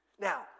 Now